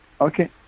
Okay